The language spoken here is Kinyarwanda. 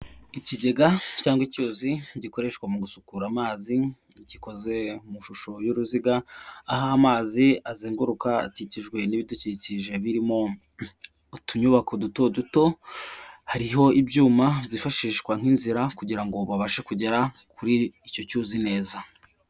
Ikigega cyangwa icyuzi gikoreshwa mu gusukura amazi gikoze mu ishusho y'uruziga, aho amazi azenguruka akikijwe n'ibidukikije birimo utunyubako duto duto, hariho ibyuma byifashishwa nk'inzira kugira ngo babashe kugera kuri icyo cyuzi neza.